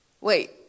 Wait